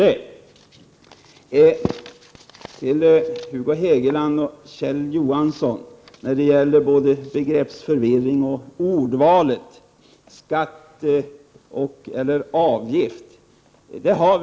Till Hugo Hegeland och Kjell Johansson vill jag säga följande när det gäller ordval och begreppsförvirring i fråga om skatter och/eller avgifter.